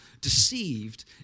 deceived